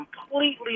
completely